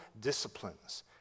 disciplines